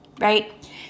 right